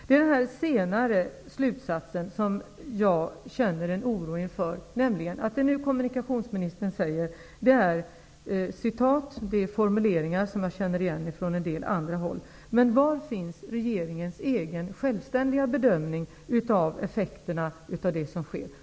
Det som jag känner en oro inför är detta sistnämnda. Kommunikationsministern talar nu om formuleringar som han känner igen från en del andra håll, men var finns regeringens egen, självständiga bedömning av effekterna av det som sker?